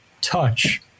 touch